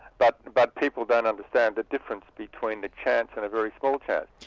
but but people don't understand the difference between the chance and a very small chance.